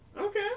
Okay